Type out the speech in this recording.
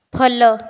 follow